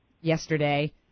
yesterday